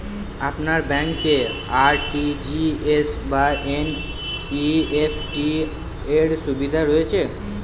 আপনার ব্যাংকে আর.টি.জি.এস বা এন.ই.এফ.টি র সুবিধা রয়েছে?